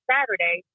Saturday